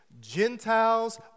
gentiles